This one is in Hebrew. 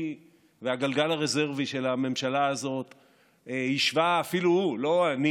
הרפואה, ולא רק